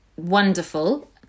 wonderful